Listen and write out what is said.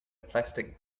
plastic